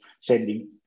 sending